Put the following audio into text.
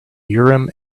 urim